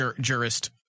jurist